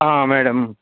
madam